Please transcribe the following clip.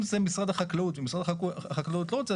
אם זה משרד החקלאות ומשרד החקלאות לא רוצה,